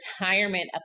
retirement